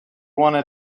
wanna